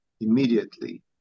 immediately